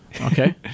okay